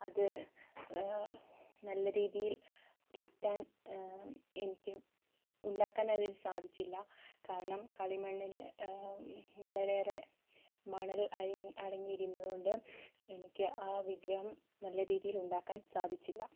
അത് നല്ലരീതിയിൽ കിട്ടാൻ എനിക്ക് ഉണ്ടാക്കാൻ അതിൽ സാധിച്ചില്ല കാരണം കളിമണ്ണില് വളരെ ഏറെ മണൽ അടങ്ങിയിരുന്നത് കൊണ്ട് എനിക്ക് ആ വിഗ്രഹം നല്ല രീതിയിൽ ഉണ്ടാക്കാൻ സാധിച്ചില്ല